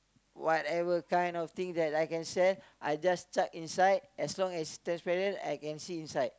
whatever kind of thing that I can sell I just chuck inside as long as transparent I can see inside